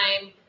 time